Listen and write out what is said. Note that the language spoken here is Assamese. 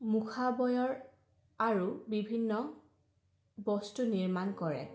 মুখাৱয়ৰ আৰু বিভিন্ন বস্তু নিৰ্মাণ কৰে